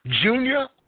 Junior